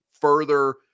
further